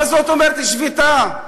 מה זאת אומרת, שביתה?